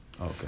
Okay